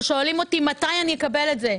ששואלים אותי: מתי אני אקבל את זה?